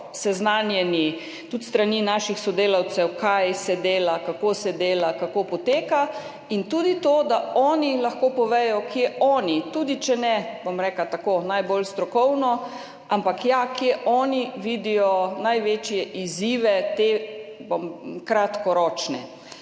seznanjeni tudi s strani naših sodelavcev, kaj se dela, kako se dela, kako poteka, in tudi zato, da oni lahko povedo, kje oni, tudi če ne tako najbolj strokovno, ampak ja, kje oni vidijo največje kratkoročne